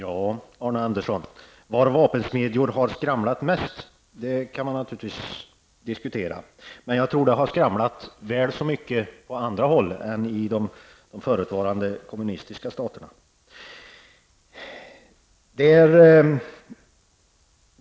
Herr talman! Var vapensmedjor har skramlat mest, Arne Andersson i Ljung, det kan man naturligtvis diskutera. Men jag tror att det har skramlat väl så mycket på andra håll som i de förutvarande kommunistiska staterna.